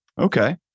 okay